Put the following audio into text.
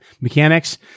mechanics